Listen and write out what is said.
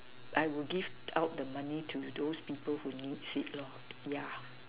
I will give out the money to those people who needs it lor yeah